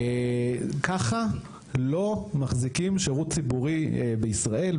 ככה לא מחזיקים שירות ציבורי בישראל,